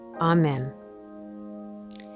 Amen